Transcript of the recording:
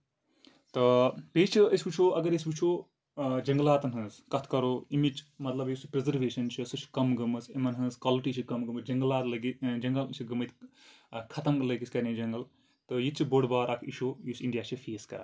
تہٕ بیٚیہِ چھُ أسۍ وٕچھو اَگر أسۍ وٕچھو جنگلاتن ہٕنٛز کَتھ کَرو امِچ مطلب یُس پریزرویشن چھِ سۄ چھِ کَم گٔمٕژ یِمن ہٕنٛز کالٹی چھِ کَم گٔمٕژ جنگلات لگی جنگل چھِ گٔمٕتۍ ختم لٔگۍ أسۍ کرنہِ جنٛگل یہِ تہِ چھُ بوٚڑ بار اکھ اِشوٗ یُس اِنٛڈیا چھُ فیس کران